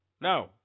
No